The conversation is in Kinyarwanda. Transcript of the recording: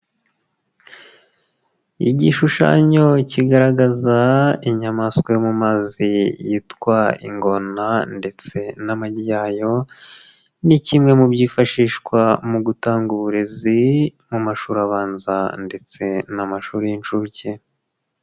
Igishushanyo kigaragaza inyamaswa yo mu mazi yitwa ingona ndetse n'amagi yayo, ni kimwe mu byifashishwa mu gutanga uburezi, mu mashuri abanza ndetse n'amashuri y'inshuke